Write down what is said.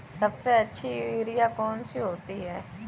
सबसे अच्छी यूरिया कौन सी होती है?